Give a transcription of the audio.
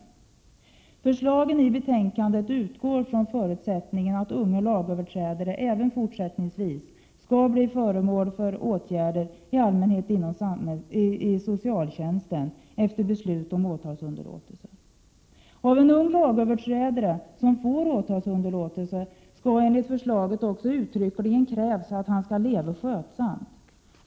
Beträffande förslagen i betänkandet förutsätter man att unga lagöverträdare även fortsättningsvis skall bli föremål för åtgärder, i allmänhet inom socialtjänsten och efter beslut om åtalsunderlåtelse. Av en ung lagöverträdare som beviljas åtalsunderlåtelse skall enligt förslaget uttryckligen krävas att han eller hon skall leva skötsamt.